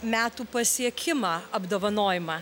metų pasiekimą apdovanojimą